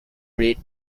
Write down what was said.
read